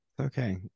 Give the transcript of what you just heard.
okay